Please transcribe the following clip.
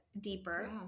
deeper